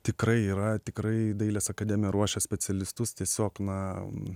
tikrai yra tikrai dailės akademija ruošia specialistus tiesiog na